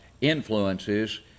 influences